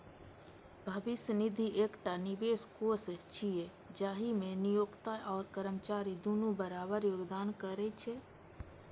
भविष्य निधि एकटा निवेश कोष छियै, जाहि मे नियोक्ता आ कर्मचारी दुनू बराबर योगदान करै छै